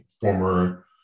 former